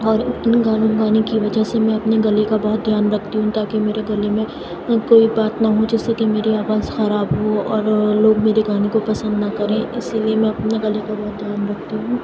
اور میں گانا گانے کی وجہ سے میں اپنے گلے کا بہت دھیان رکھتی ہوں تاکہ میرے گلے میں کوئی بات نہ ہو جس سے کہ میری آواز خراب ہو اور لوگ میرے گانے کو پسند نہ کریں اسی لیے میں اپنے گلے کا بہت دھیان رکھتی ہوں